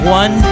one